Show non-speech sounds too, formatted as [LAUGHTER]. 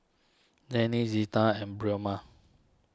Danny Zita and [UNINTELLIGIBLE]